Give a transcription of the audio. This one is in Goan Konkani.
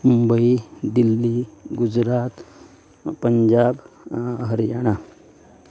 मुंबई दिल्ली गुजरात पंजाब हरयाणा